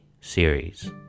series